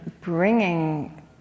bringing